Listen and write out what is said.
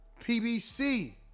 pbc